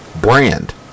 brand